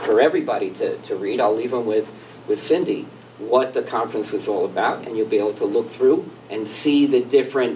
for everybody to read oliver with with cindy what the conference was all about and you'll be able to look through and see the different